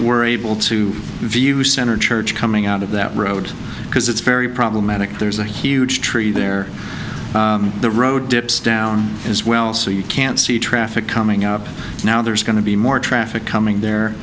were able to view center church coming out of that road because it's very problematic there's a huge tree there the road dips down as well so you can see traffic coming up now there's going to be more traffic coming there